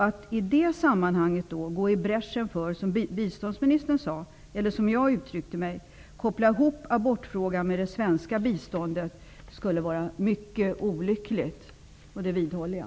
Att i det sammanhanget -- som biståndsminister uttryckte sig -- gå i bräschen för att koppla ihop abortfrågan med det svenska biståndet skulle vara mycket olyckligt, och det vidhåller jag.